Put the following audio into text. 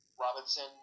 Robinson